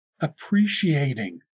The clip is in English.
appreciating